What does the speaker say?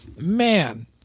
Man